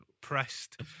pressed